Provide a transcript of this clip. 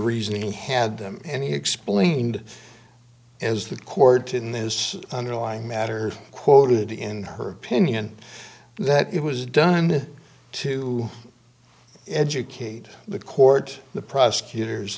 reason he had them and he explained as the court in this underlying matter quoted in her opinion that it was done to educate the court the prosecutors